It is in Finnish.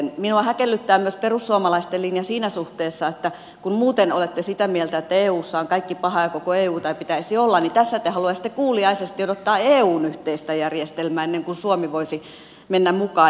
minua häkellyttää perussuomalaisten linja myös siinä suhteessa että kun muuten olette sitä mieltä että eussa on kaikki pahaa ja koko euta ei pitäisi olla niin tässä te haluaisitte kuuliaisesti odottaa eun yhteistä järjestelmää ennen kuin suomi voisi mennä mukaan